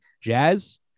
jazz